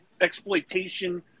exploitation